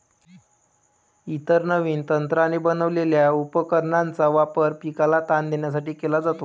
इतर नवीन तंत्राने बनवलेल्या उपकरणांचा वापर पिकाला ताण देण्यासाठी केला जातो